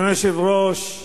אני, לא,